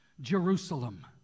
Jerusalem